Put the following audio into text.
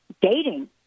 dating